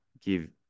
give